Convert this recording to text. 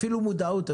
אפילו מודעות.